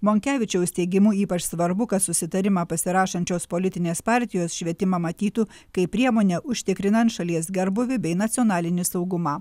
monkevičiaus teigimu ypač svarbu kad susitarimą pasirašančios politinės partijos švietimą matytų kaip priemonę užtikrinant šalies gerbūvį bei nacionalinį saugumą